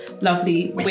lovely